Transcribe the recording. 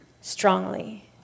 strongly